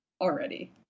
already